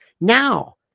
Now